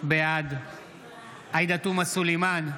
בעד עאידה תומא סלימאן,